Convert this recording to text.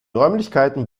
räumlichkeiten